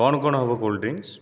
କ'ଣ କ'ଣ ହେବ କୋଲ୍ଡ ଡ୍ରିଂକ୍ସ